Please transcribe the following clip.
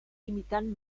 imitant